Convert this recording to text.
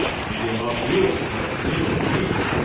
did him up real slick, didn't he?